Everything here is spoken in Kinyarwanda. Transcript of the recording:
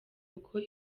uko